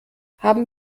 haben